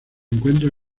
encuentra